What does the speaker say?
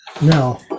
No